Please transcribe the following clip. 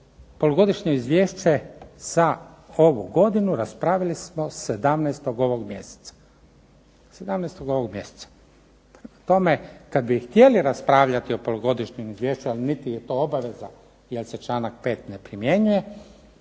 polugodišnje izvješće za ovu godinu raspravili smo sedamnaestog ovog mjeseca. Prema tome, kad bi htjeli raspravljati o polugodišnjem izvješću, a niti je to obaveza jer se članak 5. ne primjenjuje